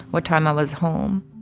what time i was home